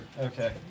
Okay